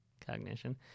cognition